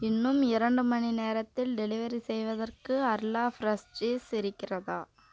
இன்னும் இரண்டு மணி நேரத்தில் டெலிவெரி செய்வதற்கு அர்லா ஃப்ரெஷ் சீஸ் இருக்கிறதா